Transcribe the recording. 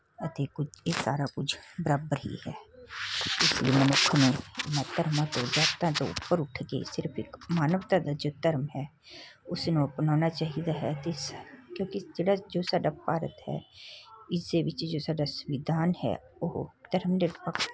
ਅਤੇ ਕੁਝ ਇਹ ਸਾਰਾ ਕੁਝ ਬਰਾਬਰ ਹੀ ਹੈ ਇਸ ਲਈ ਮਨੁੱਖ ਨੂੰ ਇਹਨਾਂ ਧਰਮਾਂ ਅਤੇ ਜਾਤਾਂ ਤੋਂ ਉੱਪਰ ਉੱਠ ਕੇ ਸਿਰਫ ਇਕ ਮਾਨਵਤਾ ਦਾ ਜੋ ਧਰਮ ਹੈ ਉਸਨੂੰ ਅਪਣਾਉਣਾ ਚਾਹੀਦਾ ਹੈ ਦਿਸ ਕਿਉਂਕਿ ਜਿਹੜਾ ਜੋ ਸਾਡਾ ਭਾਰਤ ਹੈ ਇਸੇ ਵਿੱਚ ਜੋ ਸਾਡਾ ਸੰਵਿਧਾਨ ਹੈ ਉਹ ਧਰਮ ਨਿਰਪੱਖ